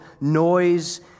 noise